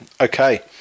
Okay